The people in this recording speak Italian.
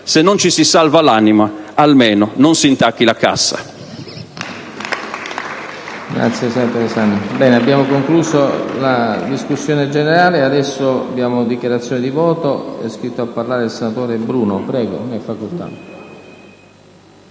Se non ci si salva l'anima, almeno non si intacchi la cassa.